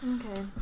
Okay